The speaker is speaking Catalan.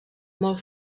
molt